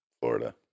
Florida